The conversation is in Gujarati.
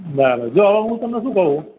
બરાબર જો હવે હું તમને શું કહું છું